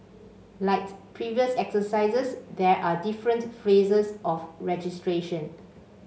like previous exercises there are different phases of registration